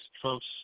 Trump's